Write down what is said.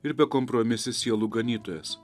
ir bekompromisis sielų ganytojas